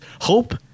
hope